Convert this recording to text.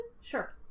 Sure